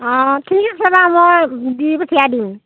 অঁ ঠিক আছে বাৰু মই দি পঠিয়াই দিম